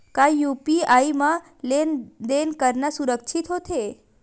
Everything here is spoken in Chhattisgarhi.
का यू.पी.आई म लेन देन करना सुरक्षित होथे?